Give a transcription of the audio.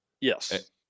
yes